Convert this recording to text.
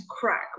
crack